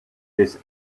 this